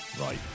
right